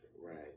Right